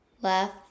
Left